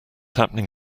happening